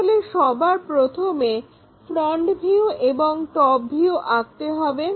তাহলে সবার প্রথমে ফ্রন্ট ভিউ এবং টপ ভিউ আঁকতে হবে